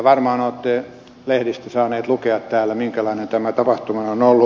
varmaan olette lehdistä saaneet lukea täällä minkälainen tämä tapahtuma on ollut